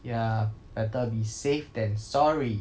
ya better be safe than sorry